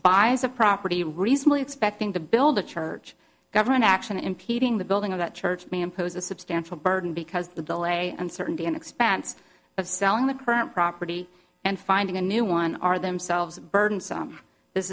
bias a property recently expecting to build a church government action impeding the building of that church may impose a substantial burden because the delay uncertainty and expense of selling the current property and finding a new one are themselves burdensome this